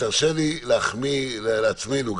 תרשה לי להחמיא לעצמנו,